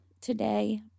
today